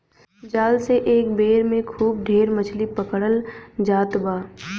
जाल से एक बेर में खूब ढेर मछरी पकड़ल जात बा